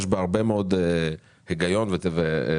יש בה הרבה מאוד היגיון וצדק.